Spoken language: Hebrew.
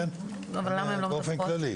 באופן כללי.